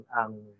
ang